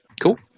cool